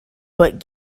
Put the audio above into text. but